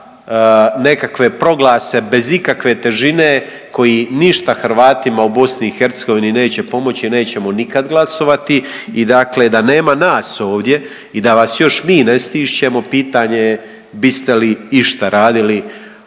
nekakve proglase bez ikakve težine koji ništa Hrvatima u BiH neće pomoći, nećemo nikad glasovati i da nema nas ovdje i da vas još mi ne stišćemo pitanje je biste li išta radili